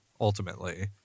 Ultimately